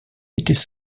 étaient